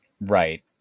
Right